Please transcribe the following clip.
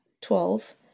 twelve